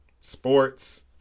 Sports